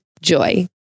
Joy